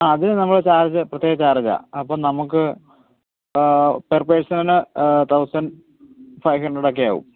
അതിനു നമ്മള് ചാർജാണ് പ്രത്യേക ചാർജാണ് അപ്പോള് നമുക്ക് പെർ പേഴ്സന് തൗസൻഡ് ഫൈവ് ഹൺഡ്രഡൊക്കെയാവും